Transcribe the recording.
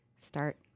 start